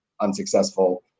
unsuccessful